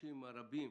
ההדגשים הרבים,